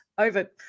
Over